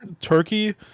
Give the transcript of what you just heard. Turkey